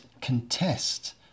contest